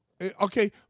Okay